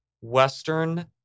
western